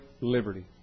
liberty